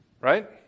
Right